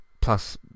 plus